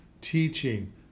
teaching